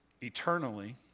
Eternally